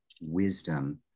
wisdom